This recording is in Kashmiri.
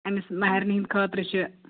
أمِس مہَرنہِ ہِنٛدِ خٲطرٕ چھِ